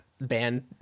band